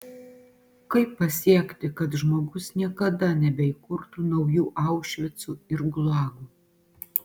kaip pasiekti kad žmogus niekada nebeįkurtų naujų aušvicų ir gulagų